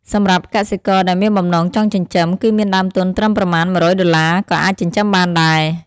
សម្រាប់កសិករដែលមានបំណងចង់ចិញ្ចឹម គឺមានដើមទុនត្រឹមប្រមាណ១០០ដុល្លារ ក៏អាចចិញ្ចឹមបានដែរ។